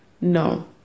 no